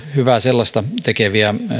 hyvää vapaaehtoistyötä tekeviä